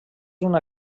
una